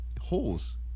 holes